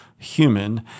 human